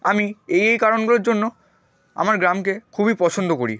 আমি এই এই কারণগুলোর জন্য আমার গ্রামকে খুবই পছন্দ করি